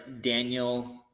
Daniel